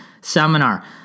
seminar